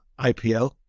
IPL